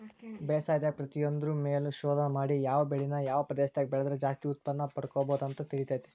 ಬೇಸಾಯದಾಗ ಪ್ರತಿಯೊಂದ್ರು ಮೇಲು ಶೋಧ ಮಾಡಿ ಯಾವ ಬೆಳಿನ ಯಾವ ಪ್ರದೇಶದಾಗ ಬೆಳದ್ರ ಜಾಸ್ತಿ ಉತ್ಪನ್ನಪಡ್ಕೋಬೋದು ಅಂತ ತಿಳಿತೇತಿ